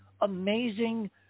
amazing